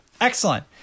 excellent